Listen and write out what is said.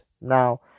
Now